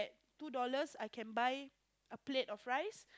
two dollars I can buy a plate of rice